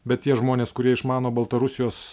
bet tie žmonės kurie išmano baltarusijos